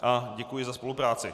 A děkuji za spolupráci.